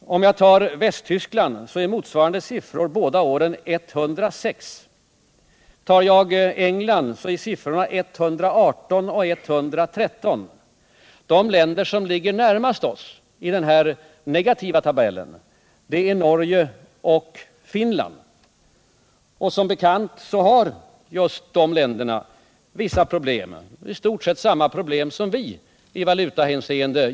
Motsvarande siffror för Västtyskland är 106 för båda åren och för England 118 resp. 113. De länder som ligger närmast oss i den här negativa tabellen är Norge och Finland. Som bekant har just de länderna f. n. i stort sett samma problem som vi hade i valutahänseende.